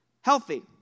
healthy